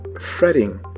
fretting